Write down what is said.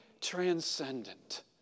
transcendent